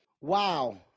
wow